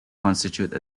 constitute